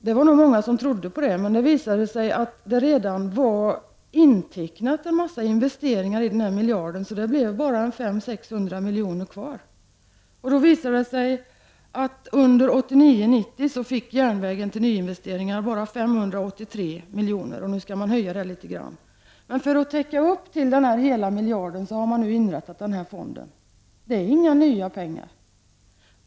Det var nog många som trodde på det. Men det visade sig att den här miljarden redan var intecknad för en mängd investeringar, så det blev bara 500—600 miljoner kvar. Det visade sig att järnvägen under 1989/90 bara fick 583 miljoner till nyinvesteringar. Nu skall man höja det beloppet litet grand. Men för att täcka hela den nämnda miljarden har man inrättat den här fonden. Det är inga nya pengar.